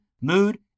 mood